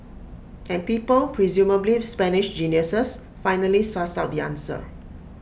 and people presumably Spanish geniuses finally sussed out the answer